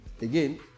Again